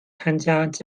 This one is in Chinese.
参加